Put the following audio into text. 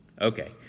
Okay